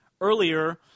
Earlier